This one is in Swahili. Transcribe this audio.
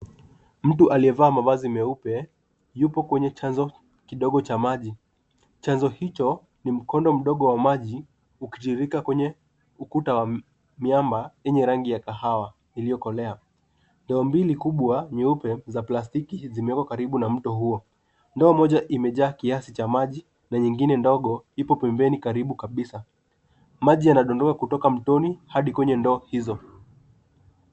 Mtu aliyevaa mavazi meupe yupo kwenye chanzo kidogo cha maji. Chanzo hicho ni mkondo mdogo wa maji ukitiririka kwenye ukuta wa miamba yenye rangi ya kahawa iliyokolea. Ndoo mbili kubwa nyeupe za plastiki zimewekwa karibu na mto huo. Ndoa moja imejaa kiasi cha maji na nyingine ndogo ipo pembeni karibu kabisa. Maji yanadondoka kutoka mtoni hadi kwenye ndoo hizo.